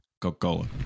Coca-Cola